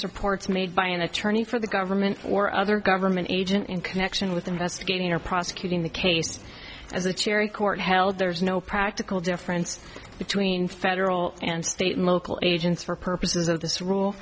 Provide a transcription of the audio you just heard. reports made by an attorney for the government or other government agent in connection with investigating or prosecuting the case as a cherry court held there's no practical difference between federal and state local agents for purposes of this rule